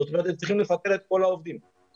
זאת אומרת הם צריכים לפטר את כל העובדים שלהם,